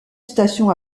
station